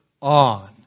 on